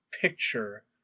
picture